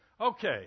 Okay